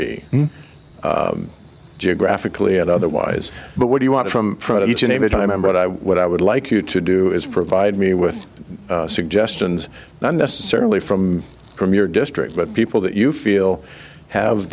be geographically and otherwise but what do you want from front of each and every time but i would i would like you to do is provide me with suggestions not necessarily from from your district but people that you feel have